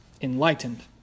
enlightened